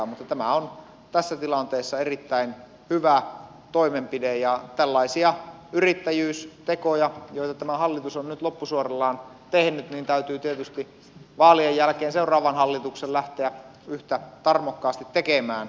mutta tämä on tässä tilanteessa erittäin hyvä toimenpide ja tällaisia yrittäjyystekoja joita tämä hallitus on nyt loppusuorallaan tehnyt täytyy tietysti vaalien jälkeen seuraavan hallituksen lähteä yhtä tarmokkaasti tekemään